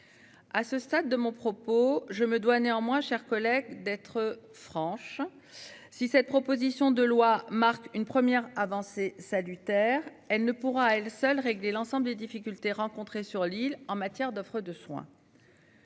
À ce stade de mon propos, je me dois néanmoins chers collègues d'être franche. Si cette proposition de loi marquent une première avancée salutaire, elle ne pourra à elle seule régler l'ensemble des difficultés rencontrées sur l'île en matière d'offre de soins.